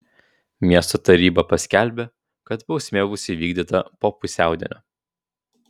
miesto taryba paskelbė kad bausmė bus įvykdyta po pusiaudienio